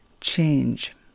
change